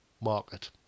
market